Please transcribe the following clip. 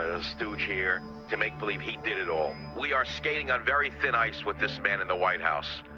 a stooge here to make believe he did it all. we are skating on very thin ice with this man in the white house,